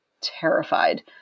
terrified